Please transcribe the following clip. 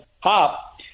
hop